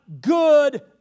good